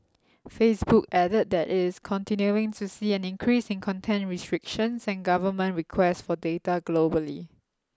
Facebook added that it is continuing to see an increase in content restrictions and government requests for data globally